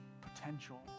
potential